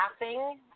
laughing